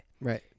Right